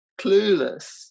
clueless